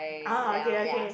ah okay okay